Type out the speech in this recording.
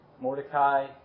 Mordecai